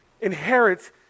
inherit